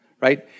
right